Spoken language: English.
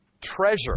treasure